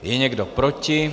Je někdo proti?